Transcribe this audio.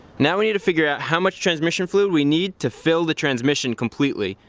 now we need to figure out how much transmission fluid we need to fill the transmission completely,